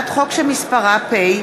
מכלוף מיקי זוהר,